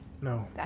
No